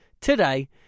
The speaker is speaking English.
today